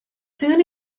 soon